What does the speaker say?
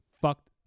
fucked